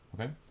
okay